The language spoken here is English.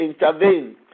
intervene